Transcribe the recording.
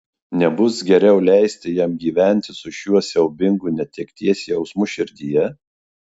nebus geriau leisti jam gyventi su šiuo siaubingu netekties jausmu širdyje